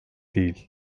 değil